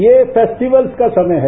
ये फेस्टिवल्स का समय है